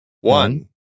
One